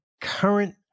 Current